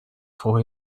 for